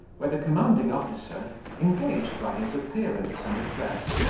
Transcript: where the commanding officer, engaged by his appearance and address,